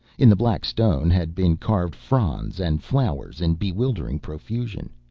in the black stone had been carved fronds and flowers in bewildering profusion.